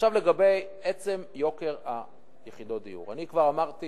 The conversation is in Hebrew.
לגבי עצם יוקר יחידות דיור, כבר אמרתי